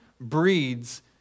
breeds